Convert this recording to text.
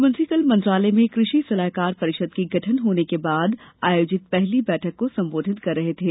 मुख्यमंत्री कल मंत्रालय में कृषि सलाहकार परिषद की गठन होने के बाद आयोजित पहली बैठक को संबोधित कर रहे थे